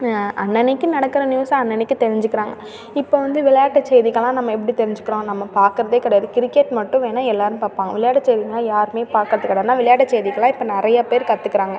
அன்னன்றைக்கி நடக்கிற நியூஸை அன்னன்றைக்கி தெரிஞ்சுக்கிறாங்க இப்போ வந்து விளையாட்டு செய்திக்கெல்லாம் நம்ம எப்படி தெரிஞ்சுக்கிறோம் நம்ம பார்க்குறதே கிடையாது கிரிக்கெட் மட்டும் வேணால் எல்லாேரும் பார்ப்பாங்க விளையாட்டு செய்திகளெலாம் யாருமே பார்க்கறது கிடையாது ஆனால் விளையாட்டு செய்திக்கெலாம் இப்போ நிறைய பேர் கற்றுக்குறாங்க